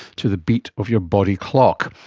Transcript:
to the beat of your body clock.